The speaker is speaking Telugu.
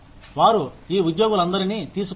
వారు ఈ ఉద్యోగులందరినీ తీసుకుంటారు